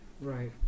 right